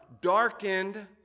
darkened